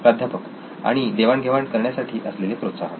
प्राध्यापक आणि देवाण घेवाण करण्यासाठी असलेले प्रोत्साहन